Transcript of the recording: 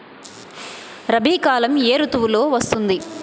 రబీ కాలం ఏ ఋతువులో వస్తుంది?